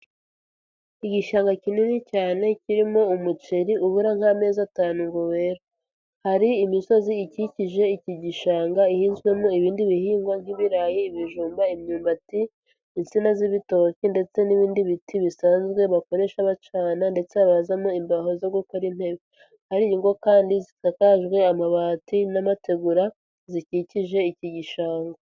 Igishanga kinini cyane kirimo umuceri ubura nk'amezi atanu ngo wera. Hari imisozi ikikije iki gishanga ihinzwemo ibindi bihingwa nk'ibirayi, ibijumba, imyumbati, insina z'ibitoki, ndetse n'ibindi biti bisanzwe bakoresha bacana ndetse bazamo imbaho zo gukora intebe. Hari ingo kandi zisakajwe amabati n'amategura, zikikije iki gishanga.